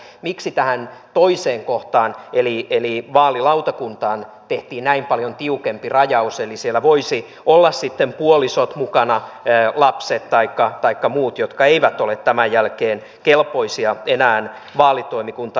miksi tähän toiseen kohtaan eli vaalilautakuntaan tehtiin näin paljon tiukempi rajaus eli siellä voisi olla sitten puolisot mukana lapset taikka muut jotka eivät ole tämän jälkeen kelpoisia enää vaalitoimikuntaan